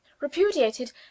repudiated